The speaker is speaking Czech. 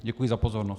Děkuji za pozornost.